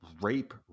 rape